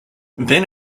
then